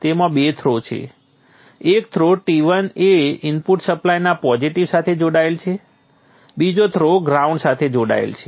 તેમાં બે થ્રો છે એક થ્રો T1 એ ઇનપુટ સપ્લાયના પોઝિટિવ સાથે જોડાયેલ છે બીજો થ્રો ગ્રાઉન્ડ સાથે જોડાયેલ છે